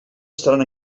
estaran